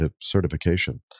certification